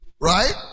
right